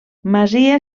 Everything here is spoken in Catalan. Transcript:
masia